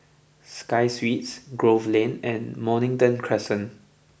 Sky Suites Grove Lane and Mornington Crescent